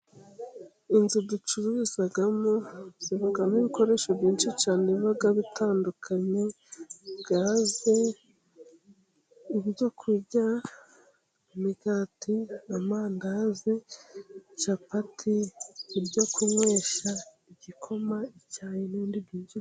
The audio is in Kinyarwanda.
Inzu ducururizamo zibamo ibikoresho byinshi cyane biba bitandukanye: gaze, ibyoku kurya, imigati, amandazi, capati, ibyo kunywesha igikoma, icyayi, n'indi byinshi.